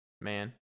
man